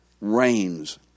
reigns